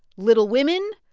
little women,